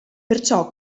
perciò